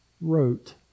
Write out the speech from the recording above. wrote